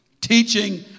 teaching